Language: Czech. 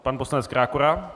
Pan poslanec Krákora.